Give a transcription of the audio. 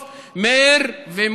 סטטיסטית,